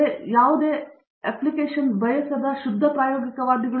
ಆದ್ದರಿಂದ ಯಾವುದೇ ಅಪ್ಲಿಕೇಶನ್ ಬಯಸದ ಈ ಶುದ್ಧ ಪ್ರಾಯೋಗಿಕವಾದಿಗಳಿದ್ದಾರೆ